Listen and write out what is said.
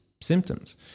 symptoms